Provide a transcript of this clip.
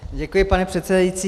Děkuji, pane předsedající.